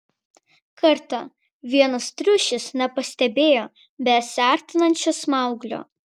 kartą vienas triušis nepastebėjo besiartinančio smauglio